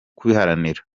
kubiharanira